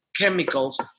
chemicals